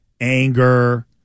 anger